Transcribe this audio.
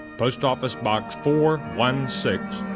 post office box, four, one, six,